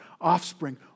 Offspring